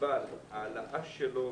אבל העלאה שלו